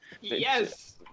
Yes